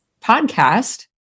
podcast